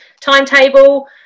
timetable